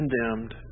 condemned